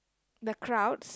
the crowds